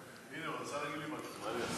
הוא רצה להגיד לי משהו, מה אני אעשה?